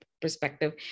perspective